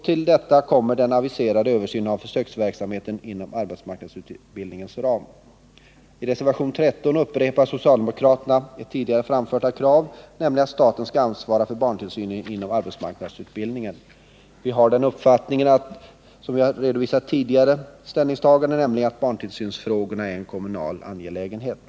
Till detta kommer den aviserade översynen av försöksverksamheten inom arbetsmarknadsutbildningens ram. I reservationen 13 upprepar socialdemokraterna ett tidigare framfört krav, nämligen kravet att staten skall ansvara för barntillsyn inom arbetsmarknadsutbildningen. Vi har den uppfattningen, som vi har redovisat i tidigare ställningstaganden, att barntillsynsfrågorna är en kommunal angelägenhet.